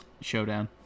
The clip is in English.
showdown